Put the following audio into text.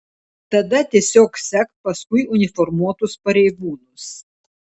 tada tiesiog sek paskui uniformuotus pareigūnus